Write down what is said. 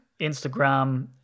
Instagram